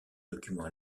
document